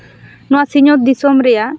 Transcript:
ᱱᱚᱣᱟ ᱥᱤᱧᱚᱛ ᱫᱤᱥᱚᱢ ᱨᱮᱭᱟᱜ